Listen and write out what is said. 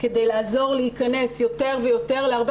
כדי לעזור ולהיכנס יותר ויותר להרבה